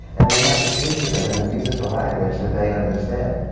and we have to speak to them in a musical language that they understand.